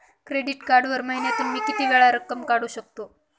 Credit कार्डद्वारे महिन्यातून मी किती वेळा रक्कम काढू शकतो?